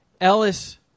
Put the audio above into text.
Ellis